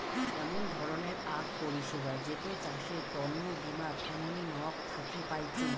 এমন ধরণের আক পরিষেবা যেটো চাষের তন্ন বীমা থোঙনি নক থাকি পাইচুঙ